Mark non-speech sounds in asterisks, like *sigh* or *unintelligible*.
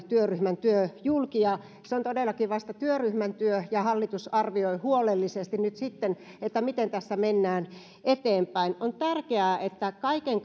työryhmän työ julki se on todellakin vasta työryhmän työ ja hallitus arvioi huolellisesti nyt sitten sitä miten tässä mennään eteenpäin on tärkeää että kaiken *unintelligible*